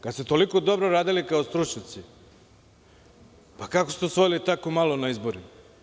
Kada ste toliko dobro radili kao stručnjaci, kako ste osvojili tako malo na izborima.